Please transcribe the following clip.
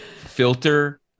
filter